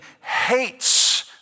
hates